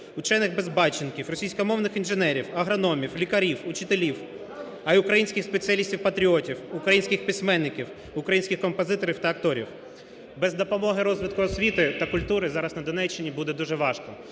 учених-безбатченків, російськомовних інженерів, агрономів, лікарів, учителів, а й українських спеціалістів-патріотів, українських письменників, українських композиторів та акторів". Без допомоги розвитку освіти та культури зараз на Донеччині буде дуже важко.